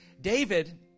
David